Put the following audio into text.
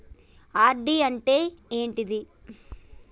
RD అంటే ఏంటిది?